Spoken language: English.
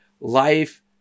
life